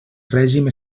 règim